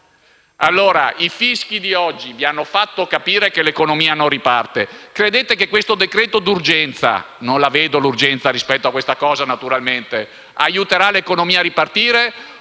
letti? I fischi di oggi vi hanno fatto capire che l'economia non riparte. Credete che questo decreto d'urgenza (non vedo urgenza rispetto a questa cosa, naturalmente) aiuterà l'economia a ripartire?